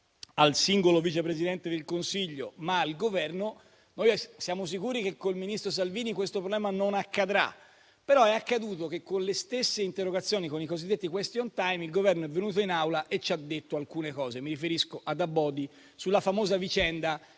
al singolo Vice Presidente del Consiglio, ma al Governo. Noi siamo sicuri che col ministro Salvini questo problema non si verificherà, ma è accaduto che, con le stesse interrogazioni, con i cosiddetti *question time*, il Governo sia venuto in Aula e ci abbia detto alcune cose. Mi riferisco al ministro Abodi sulla famosa vicenda